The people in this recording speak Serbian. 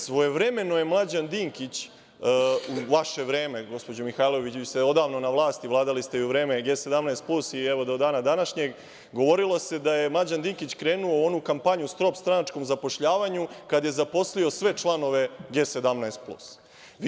Svojevremeno je Mlađan Dinkić u vaše vreme, gospođo Mihajlović, vi ste odavno na vlasti, vladali ste i u vreme G 17 plus i, evo, do dana današnjeg, govorilo se da je Mlađan Dinkić krenuo u onu kampanju „stop stranačkom zapošljavanju“ kada je zaposlio sve članove G 17 plus.